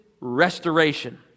restoration